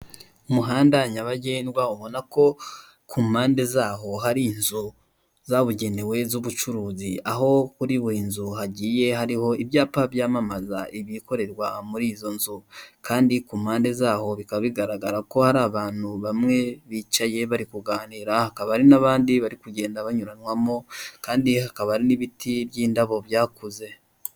Umuhanda nyabagendwa, ubona ko, ku mpande zaho hari inzu zabugenewe z'ubucuruzi, aho kuri buri inzu hagiye hariho ibyapa byamamaza ibikorerwa muri izo nzu, kandi ku mpande zaho bikaba bigaragara ko hari abantu bamwe bicaye bari kuganira, hakaba hari n'abandi bari kugenda banyuranamo, kandi hakaba n'ibiti by'indabo byakuze.